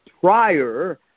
prior